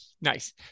Nice